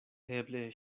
eble